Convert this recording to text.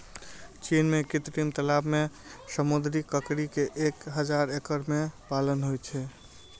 चीन मे कृत्रिम तालाब मे समुद्री ककड़ी के एक हजार एकड़ मे पालन होइ छै